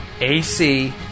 AC